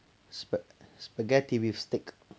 spa~ spaghetti with steak